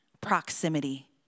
proximity